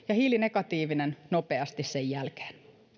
ja hiilinegatiivinen nopeasti sen jälkeen